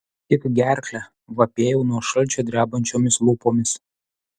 tik gerklę vapėjau nuo šalčio drebančiomis lūpomis